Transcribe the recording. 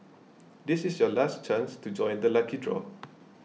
this is your last chance to join the lucky draw